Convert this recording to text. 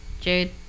Jade